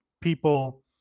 people